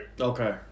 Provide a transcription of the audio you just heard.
Okay